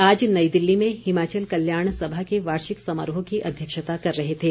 वे आज नई दिल्ली में हिमाचल कल्याण सभा के वार्षिक समारोह की अध्यक्षता कर रहे थे